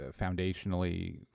foundationally